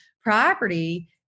property